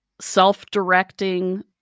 self-directing